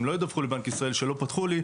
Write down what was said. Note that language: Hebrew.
הם לא ידווחו לבנק ישראל שלא פתחו לי,